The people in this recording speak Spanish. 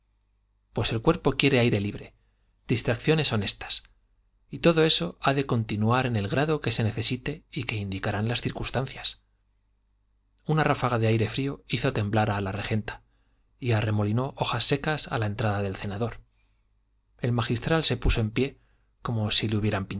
pues el cuerpo quiere aire libre distracciones honestas y todo eso ha de continuar en el grado que se necesite y que indicarán las circunstancias una ráfaga de aire frío hizo temblar a la regenta y arremolinó hojas secas a la entrada del cenador el magistral se puso en pie como si le hubieran